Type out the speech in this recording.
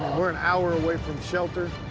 we're an hour away from shelter.